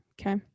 Okay